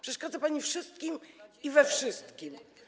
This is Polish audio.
Przeszkadza pani wszystkim i we wszystkim.